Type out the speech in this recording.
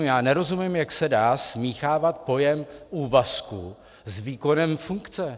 Já nerozumím, jak se dá smíchávat pojem úvazku s výkonem funkce!